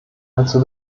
allzu